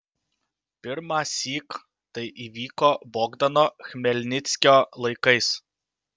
pirmąsyk tai įvyko bogdano chmelnickio laikais